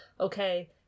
okay